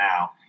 now